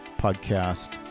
podcast